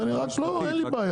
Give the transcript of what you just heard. רציתי לשקף.